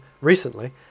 recently